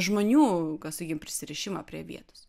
žmonių sakykime prisirišimą prie vietos